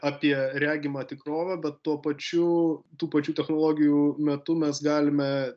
apie regimą tikrovę bet tuo pačiu tų pačių technologijų metu mes galime